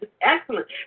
Excellent